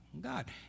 God